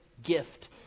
gift